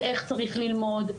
ואיך צריך ללמוד,